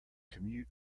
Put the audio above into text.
commute